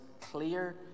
clear